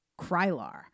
Krylar